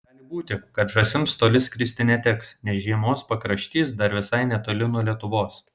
gali būti kad žąsims toli skristi neteks nes žiemos pakraštys dar visai netoli nuo lietuvos